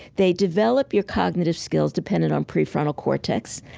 they develop your cognitive skills dependent on prefrontal cortex.